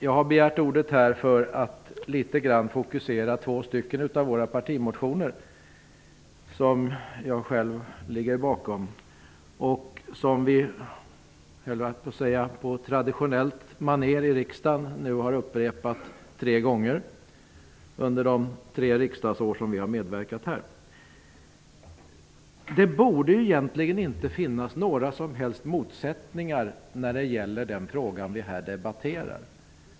Jag har begärt ordet för att litet grand fokusera två av våra partimotioner som jag själv står bakom och som vi på traditionellt maner här i riksdagen nu har upprepat tre gånger under de tre riksdagsår som vi har medverkat. Det borde egentligen inte finnas några som helst motsättningar när det gäller den fråga som vi här debatterar.